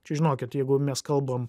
čia žinokit jeigu mes kalbam